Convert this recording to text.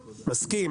מסכים,